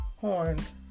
horns